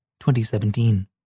2017